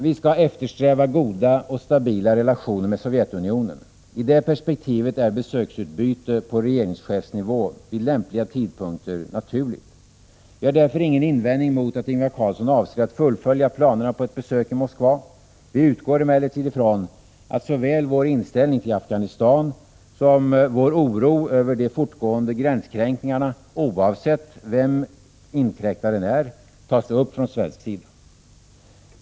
Vi skall eftersträva goda och stabila relationer med Sovjetunionen. I det perspektivet är besöksutbyte på regeringschefsnivå vid lämpliga tidpunkter naturligt. Vi har därför ingen invändning mot att Ingvar Carlsson avser att fullfölja planerna på ett besök i Moskva. Vi utgår emellertid från att såväl vår inställning i Afghanistanfrågan som vår oro över de fortgående gränskränkningarna — oavsett vem inkräktaren är — tas upp från svensk sida.